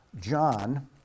John